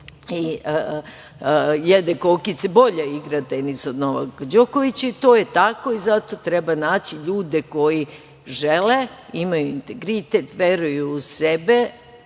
i jede kokice bolje igra tenis od Novaka Đokovića. To je tako i zato treba naći ljude koji žele, imaju integritet, veruju u sebe